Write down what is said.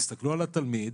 תסתכלו על התלמיד,